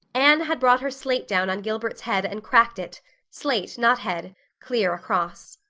anne had brought her slate down on gilbert's head and cracked it slate not head clear across.